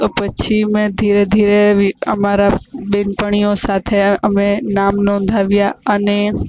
પછી મેં ધીરે ધીરે અમારા બહેનપણીઓ સાથે અમે નામ નોંધાવ્યાં અને